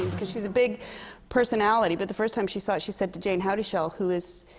because she's a big personality. but the first time she saw it she said to jayne houdyshell, who is